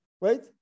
right